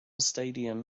stadium